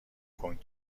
کنگ